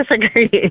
disagree